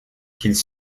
qu’ils